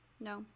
No